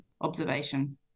observation